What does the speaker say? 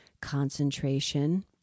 concentration